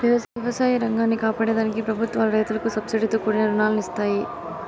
వ్యవసాయ రంగాన్ని కాపాడే దానికి ప్రభుత్వాలు రైతులకు సబ్సీడితో కూడిన రుణాలను ఇస్తాయి